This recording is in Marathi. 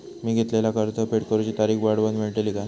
मी घेतलाला कर्ज फेड करूची तारिक वाढवन मेलतली काय?